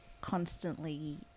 constantly